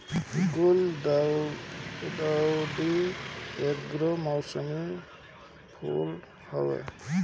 गुलदाउदी एगो मौसमी फूल हवे